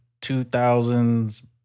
2000s